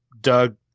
Doug